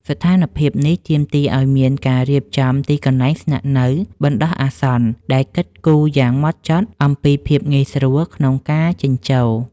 ស្ថានភាពនេះទាមទារឱ្យមានការរៀបចំទីកន្លែងស្នាក់នៅបណ្ដោះអាសន្ន ដែលគិតគូរយ៉ាងហ្មត់ចត់អំពី ភាពងាយស្រួលក្នុងការចេញចូល។